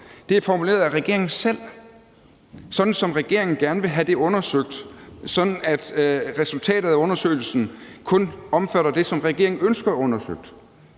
Det er formuleret af regeringen selv, sådan som regeringen gerne vil have det undersøgt, og sådan at resultatet af undersøgelsen kun omfatter det, som regeringen ønsker undersøgt.